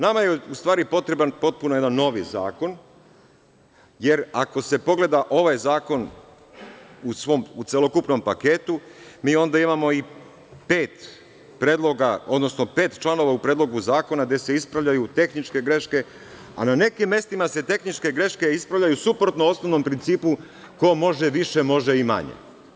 Nama je u stvari potreban jedan potpuno novi zakon, jer ako se pogleda ovaj zakon u svom celokupnom paketu, mi onda imamo i pet predloga, odnosno pet članova u predlogu zakona gde se ispravljaju tehničke greške, a na nekim mestima se tehničke greške ispravljaju suprotno osnovnom principu, ko može više može i manje.